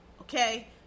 okay